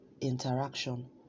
interaction